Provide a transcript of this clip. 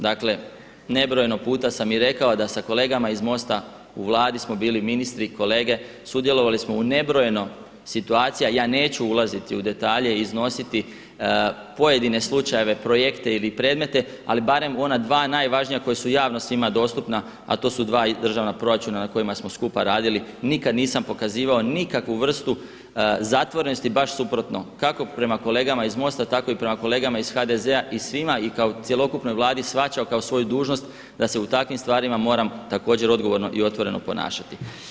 Dakle nebrojeno puta sam i rekao da sa kolegama iz MOST-a, u Vladi smo bili ministri i kolege, sudjelovali smo u nebrojeno situacija, ja neću ulaziti u detalje i iznositi pojedine slučajeve projekte ili predmete ali barem u ona dva najvažnija koja su javno svima dostupna a to su dva državna proračuna na kojima smo skupa radili, nikada nisam pokazivao nikakvu vrstu zatvorenosti, baš suprotno, kako prema kolegama iz MOST-a, tako i prema kolegama iz HDZ-a i svima i kao cjelokupnoj Vladi shvaćao kao svoju dužnost da se u takvim stvarima moram također odgovorno i otvoreno ponašati.